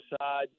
side